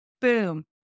Boom